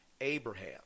Abraham